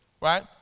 right